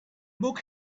book